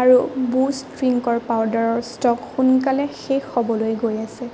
আৰু বুষ্ট ড্ৰিংকৰ পাউদাৰৰ ষ্ট'ক সোনকালে শেষ হ'বলৈ গৈ আছে